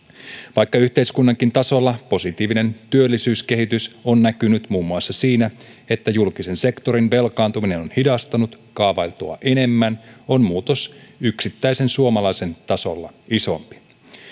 vaikka yhteiskunnankin tasolla positiivinen työllisyyskehitys on näkynyt muun muassa siinä että julkisen sektorin velkaantuminen on hidastunut kaavailtua enemmän on muutos yksittäisen suomalaisen tasolla isompi